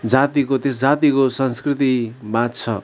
जातिको त्यो जातिको संस्कृति बाँच्छ